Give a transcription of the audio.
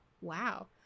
wow